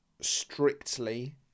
strictly